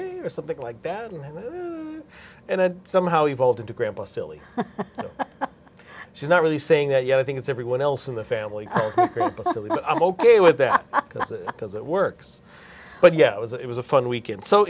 thing like that and it somehow evolved into grandpa silly she's not really saying that you know i think it's everyone else in the family i'm ok with that because it works but yeah it was it was a fun weekend so